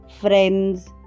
friends